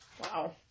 Wow